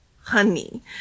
honey